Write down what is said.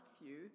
Matthew